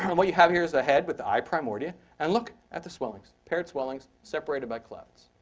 what you have here is a head with the eye primordia. and look at the swellings. paired swellings separated by clefts.